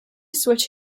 switch